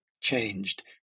changed